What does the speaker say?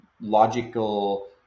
logical